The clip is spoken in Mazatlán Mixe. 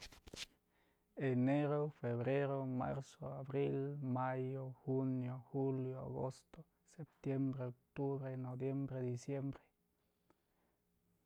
Enero, febrero, marzo, abril, mayo, junio, julio, agosto, septiembre, octubre, noviembre, diciembre.